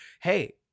hey